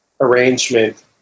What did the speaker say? arrangement